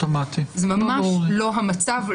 זה לא המצב.